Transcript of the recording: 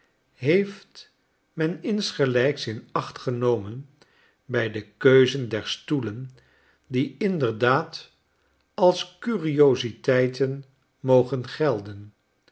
heeft men insgelijks in acht genomen bij de keuze der stoelen die inderdaadalscuriositeitenmogen gelden